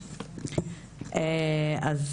אז